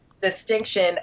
distinction